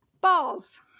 Balls